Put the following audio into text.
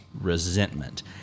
Resentment